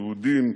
יהודים,